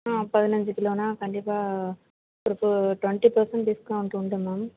ஆ பதினைஞ்சு கிலோனால் கண்டிப்பாக ஒரு டு டுவென்டி பர்சென்டேஜ் டிஸ்கௌண்ட் உண்டு மேம்